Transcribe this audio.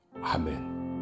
Amen